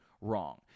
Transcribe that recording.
wrong